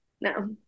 no